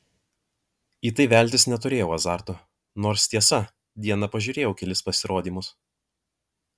į tai veltis neturėjau azarto nors tiesa dieną pažiūrėjau kelis pasirodymus